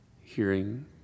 hearing